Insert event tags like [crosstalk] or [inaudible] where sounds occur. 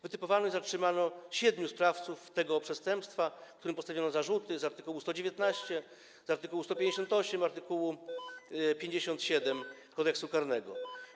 Wytypowano i zatrzymano siedmiu sprawców tego przestępstwa, którym postawiono zarzuty z art. 119, [noise] z art. 158 i art. 57 Kodeksu karnego.